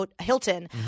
Hilton